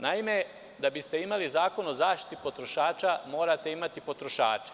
Naime, da biste imali Zakon o zaštiti potrošača, morate imati potrošače.